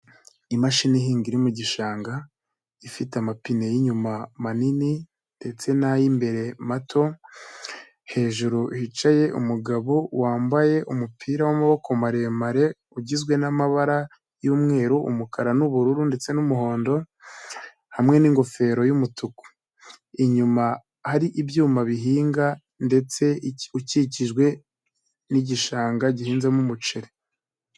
Imashini ihinga iri mu gishanga ifite amapine y'inyuma manini ndetse n'ay'imbere, mato hejuru hicaye umugabo wambaye umupira w'amaboko maremare ugizwe n'amabara y'umweru, umukara n'ubururu ndetse n'umuhondo, hamwe n'ingofero y'umutuku, inyuma hari ibyuma bihinga ndetse ukikijwe n'igishanga gihinzemo umuceri.